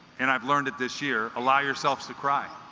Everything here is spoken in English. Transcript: and i've learned it this year allow yourselves to cry